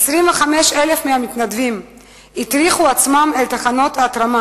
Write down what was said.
25,000 מתנדבים הטריחו עצמם אל תחנות ההתרמה.